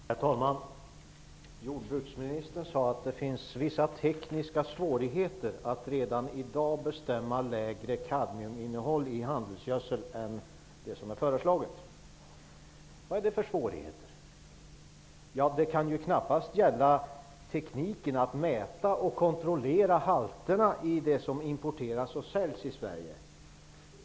Herr talman! Jordbruksministern sade att det finns vissa tekniska svårigheter att redan i dag bestämma att det skall vara ett lägre kadmiuminnehåll i handelsgödsel än vad som nu är föreslaget. Vad är det för svårigheter? Det kan knappast gälla tekniken för att mäta och kontrollera halterna i det som importeras och säljs i Sverige.